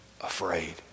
afraid